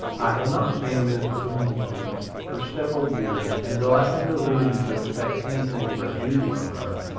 i had not seen mrs. boomsby for several years and though i had no reason to expect anything but abuse from her,